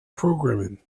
programming